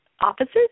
offices